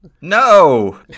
No